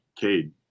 Cade